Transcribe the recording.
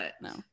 No